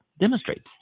demonstrates